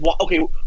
okay